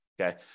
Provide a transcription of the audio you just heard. Okay